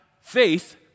faith